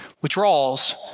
withdrawals